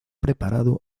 preparado